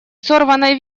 сорванной